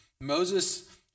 Moses